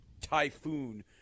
typhoon